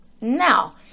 Now